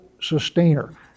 sustainer